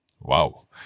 Wow